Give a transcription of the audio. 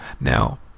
Now